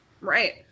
right